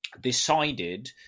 decided